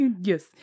Yes